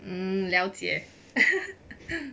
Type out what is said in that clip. hmm 了解